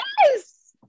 Yes